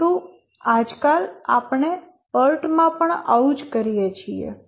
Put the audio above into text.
પરંતુ આજકાલ આપણે PERT માં પણ આવું જ કરીએ છીએ